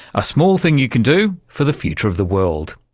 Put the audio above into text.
a small thing you can do for the future of the world.